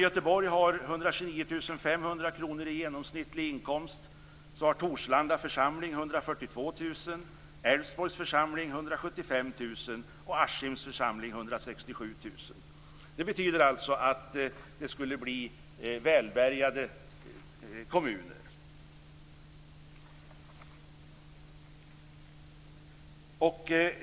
Göteborg har och Askims församling 167 000. Det betyder alltså att det skulle bli välbärgade kommuner.